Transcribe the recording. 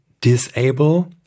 disable